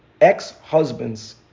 ex-husband's